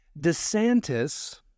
DeSantis